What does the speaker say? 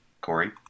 Corey